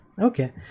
okay